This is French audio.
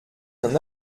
d’un